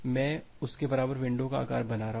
मैं उसके बराबर विंडो का आकार बना रहा हूं